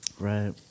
right